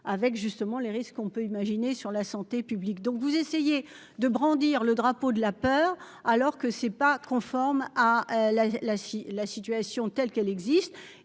avec justement les risques qu'on peut imaginer sur la santé publique, donc vous essayez de brandir le drapeau de la peur alors que ce n'est pas conforme à la la, si la situation telle qu'elle existe